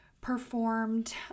performed